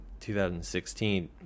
2016